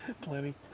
Plenty